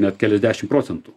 net keliasdešim procentų